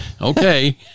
Okay